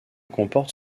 comporte